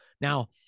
Now